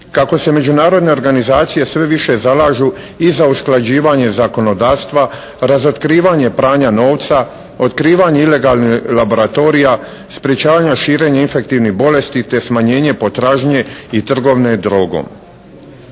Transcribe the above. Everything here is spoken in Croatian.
kako se međunarodne organizacije sve više zalažu i za usklađivanje zakonodavstva, razotkrivanje pranja novca, otkrivanje ilegalnih laboratorija, sprečavanja širenja infektivnih bolesti te smanjenje potražnje i trgovine drogom.